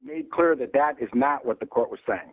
made clear that that is not what the court was saying